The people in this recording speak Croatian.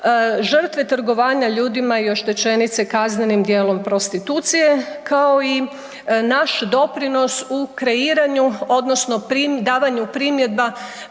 žrtve trgovanja ljudima i oštećenice kaznenim dijelom prostitucije, kao i naš doprinos u kreiranju odnosno pri davanju primjedba